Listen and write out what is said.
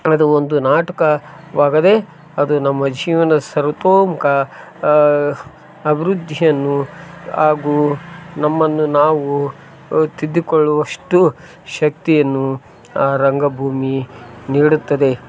ಅದು ಒಂದು ನಾಟಕವಾಗದೆ ಅದು ನಮ್ಮ ಜೀವನ ಸರ್ವೊತೋಮುಖ ಅಭಿವೃದ್ದಿಯನ್ನು ಹಾಗು ನಮ್ಮನ್ನು ನಾವು ತಿದ್ದಿಕೊಳ್ಳುವಷ್ಟು ಶಕ್ತಿಯನ್ನು ಆ ರಂಗಭೂಮಿ ನೀಡುತ್ತದೆ